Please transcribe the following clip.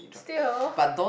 still